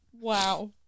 Wow